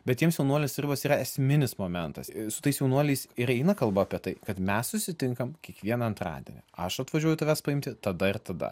bet jiems jaunuolis ribos yra esminis momentas su tais jaunuoliais ir eina kalba apie tai kad mes susitinkam kiekvieną antradienį aš atvažiuoju tavęs paimti tada ir tada